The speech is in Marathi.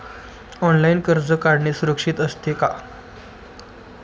ऑनलाइन कर्ज काढणे सुरक्षित असते का?